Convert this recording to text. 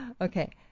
Okay